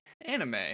Anime